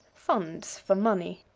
funds for money.